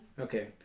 Okay